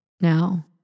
now